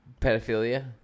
pedophilia